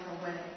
away